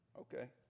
Okay